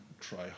try